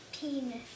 penis